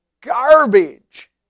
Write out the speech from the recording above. garbage